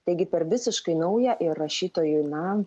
taigi per visiškai naują ir rašytojui na